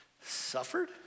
suffered